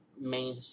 main